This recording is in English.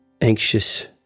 anxious